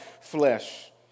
flesh